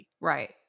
Right